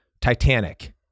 Titanic